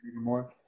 more